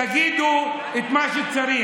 תגידו את מה שצריך.